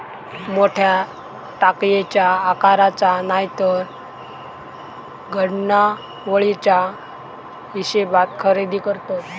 मोठ्या टाकयेच्या आकाराचा नायतर घडणावळीच्या हिशेबात खरेदी करतत